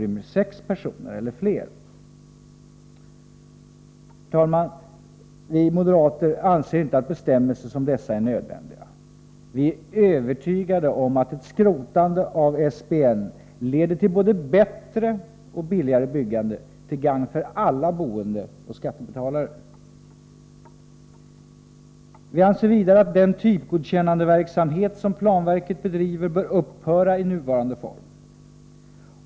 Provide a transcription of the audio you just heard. Vi moderater anser inte att bestämmelser som dessa är nödvändiga. Vi är övertygade om att ett skrotande av SBN leder till både bättre och billigare byggande till gagn för alla boende och skattebetalare. Vi anser vidare att den typgodkännandeverksamhet som planverket bedriver bör upphöra i nuvarande form.